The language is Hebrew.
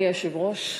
אדוני היושב-ראש,